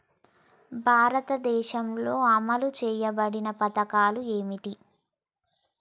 భారతదేశంలో అమలు చేయబడిన పథకాలు ఏమిటి?